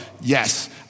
yes